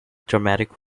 dramatic